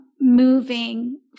moving